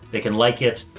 they can like it.